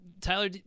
Tyler